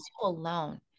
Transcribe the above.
alone